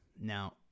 Now